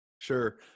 Sure